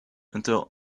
until